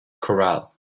corral